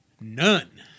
None